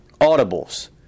audibles